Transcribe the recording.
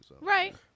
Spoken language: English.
Right